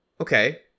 okay